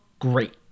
great